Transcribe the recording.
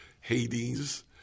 Hades